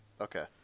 Okay